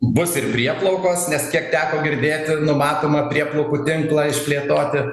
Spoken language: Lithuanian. bus ir prieplaukos nes kiek teko girdėti numatoma prieplaukų tinklą išplėtoti